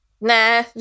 Nah